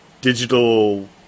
digital